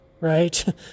right